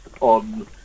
on